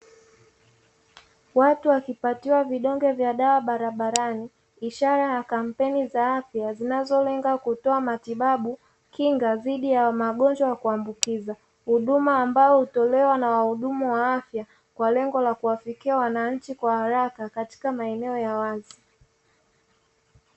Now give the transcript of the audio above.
Watu wakipatiwa vidonge vya dawa barabarani, ishara ya kampeni za afya zinazolenga kutoa matibabu, kinga dhidi ya magonjwa ya kuambukiza. Huduma ambayo hutolewa na wahudumu wa afya, kwa lengo la kuwafikia wananchi kwa haraka katika maeneo ya wazi.